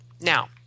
Now